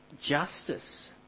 justice